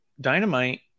Dynamite